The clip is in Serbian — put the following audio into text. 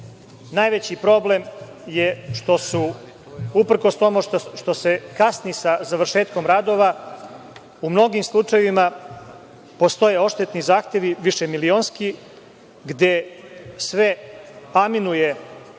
najveći problem je što uprkos tome što se kasni sa završetkom radova, u mnogim slučajevima postoje oštetni zahtevi, višemilionski, gde sve aminuje